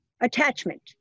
attachment